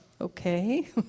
okay